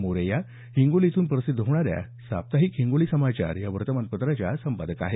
मोरे या हिंगोली इथून प्रसिद्ध होणाऱ्या साप्ताहिक हिंगोली समाचार या वर्तमान पत्राच्या संपादक आहेत